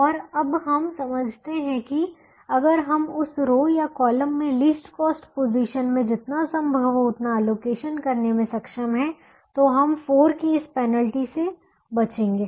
और अब हम समझते हैं कि अगर हम उस रो या कॉलम में लीस्ट कॉस्ट पोजीशन में जितना संभव हो उतना अलोकेशन करने में सक्षम हैं तो हम 4 कि इस पेनल्टी बचेंगे